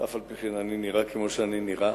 אף-על-פי-כן אני נראה כמו שאני נראה,